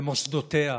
במוסדותיה,